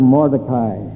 Mordecai